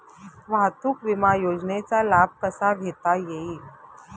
वाहतूक विमा योजनेचा लाभ कसा घेता येईल?